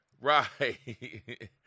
Right